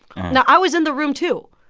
now, i was in the room too.